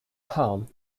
hum